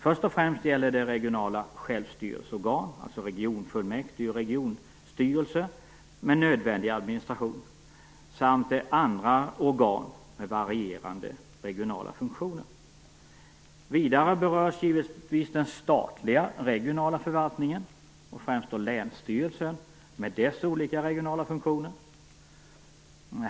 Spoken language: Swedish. Först och främst gäller det regionala självstyrelseorgan, alltså regionfullmäktige och regionstyrelse med nödvändig administration, samt andra organ med varierande regionala funktioner. Vidare berörs givetvis den statliga regionala förvaltningen, och främst då länsstyrelsen med dess olika regionala funktioner.